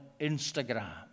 Instagram